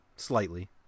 Slightly